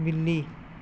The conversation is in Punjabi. ਬਿੱਲੀ